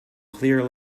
clear